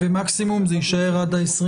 מקסימום זה יישאר עד ה-24.